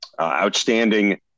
outstanding